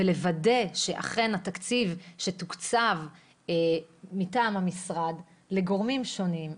ולוודא שאכן התקציב שתוקצב מטעם המשרד לגורמים שונים,